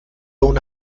una